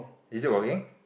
is it working